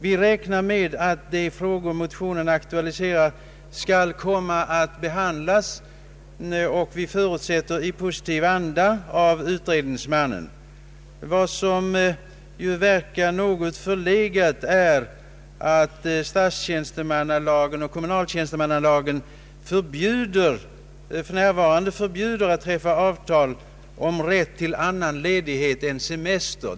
Vi räknar med att de frågor som motionärerna aktualiserar skall komma att behandlas av utredningsmannen och förutsätter att det skall ske i positiv anda. Något förlegat synes det vara att statstjänstemannalagen och kommunaltjänstemannalagen för närvarande förbjuder träffande av avtal om rätt till annan ledighet än semester.